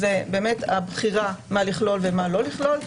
הוא הבחירה מה לכלול ומה לא לכלול.